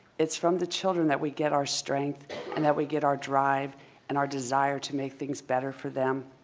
it's from the children that we get our strength and that we get our drive and our desire to make things better for them.